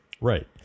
right